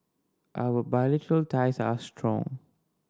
our bilateral ties are strong